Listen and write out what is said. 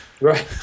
Right